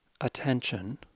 attention